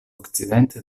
okcidente